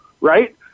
right